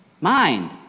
Mind